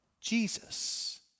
Jesus